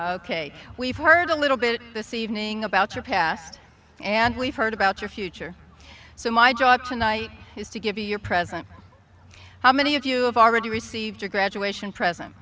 ok we've heard a little bit this evening about your past and we've heard about your future so my job tonight is to give you your present how many of you have already received your graduation present